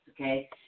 okay